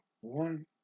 one